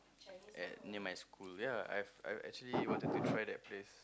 at near my school ya I I I actually wanted to try that place